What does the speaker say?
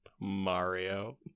Mario